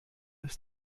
ist